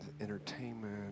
entertainment